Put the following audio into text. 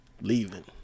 leaving